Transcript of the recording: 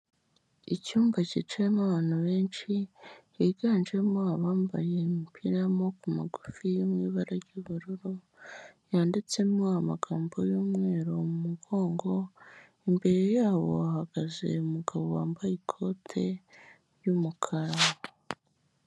Icyumba cyicayemo abantu benshi higanjemo abambaye umupira w'amaboko magufi yo mu ibara ry'ubururu, yanditsemo amagambo y'umweru mu mugongo, imbere yabo hahagaze umugabo wambaye ikote ry'umukara.